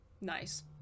Nice